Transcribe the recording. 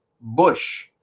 Bush